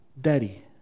Daddy